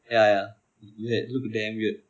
ya ya look damn weird